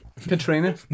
Katrina